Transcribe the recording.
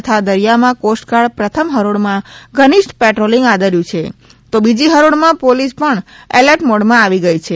તથા દરિયામાં કોસ્ટગાર્ડ પ્રથમ હરોળમાં ઘનીષ્ઠ પેટ્રોલીંગ આદર્યું છે તો બીજી હરોળમાં પોલીસ પણ એલર્ટ મોડમાં આવી ગઇ છે